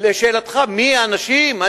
לשאלתך מי האנשים,